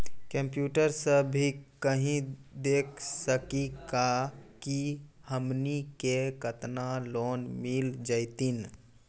Computer सा भी कही देख सकी का की हमनी के केतना लोन मिल जैतिन?